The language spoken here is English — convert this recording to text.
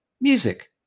Music